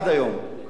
אבל מצד שני,